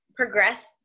Progress